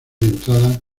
entrada